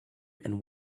and